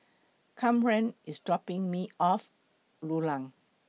Kamren IS dropping Me off Rulang